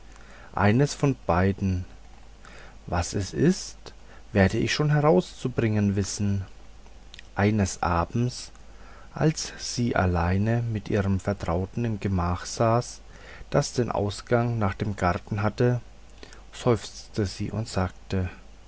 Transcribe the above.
eines von beiden was es ist werde ich schon herauszubringen wissen eines abends als sie allein mit ihrer vertrauten im gemache saß das den ausgang nach dem garten hatte seufzte sie und sagte